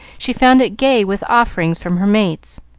she found it gay with offerings from her mates